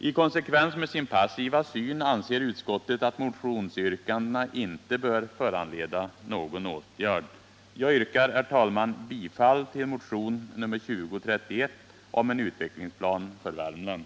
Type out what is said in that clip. I konsekvens med sin passiva syn anser utskottet att motionsyrkandena inte bör föranleda någon åtgärd. Jag yrkar, herr talman, bifall till motion nr 2031 om en utvecklingsplan för Värmland.